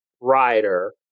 rider